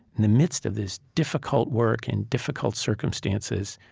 in the midst of this difficult work and difficult circumstances,